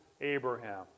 Abraham